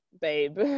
babe